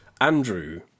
Andrew